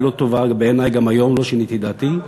היא לא טובה בעיני גם היום, לא שיניתי את דעתי.